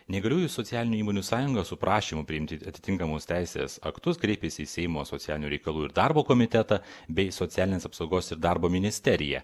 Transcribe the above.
neįgaliųjų socialinių įmonių sąjunga su prašymu priimti atitinkamus teisės aktus kreipėsi į seimo socialinių reikalų ir darbo komitetą bei socialinės apsaugos ir darbo ministeriją